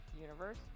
universe